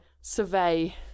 Survey